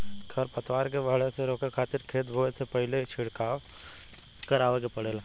खर पतवार के बढ़े से रोके खातिर खेत बोए से पहिल ही छिड़काव करावे के पड़ेला